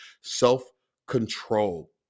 self-control